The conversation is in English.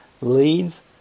leads